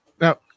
Now